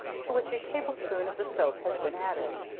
to which a table-spoonful of the soap has been added,